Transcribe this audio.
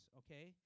okay